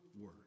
word